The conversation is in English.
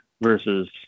versus